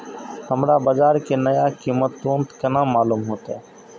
हमरा बाजार के नया कीमत तुरंत केना मालूम होते?